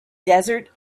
desert